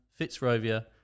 Fitzrovia